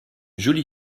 jolie